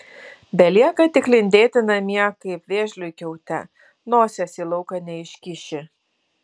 belieka tik lindėti namie kaip vėžliui kiaute nosies į lauką neiškiši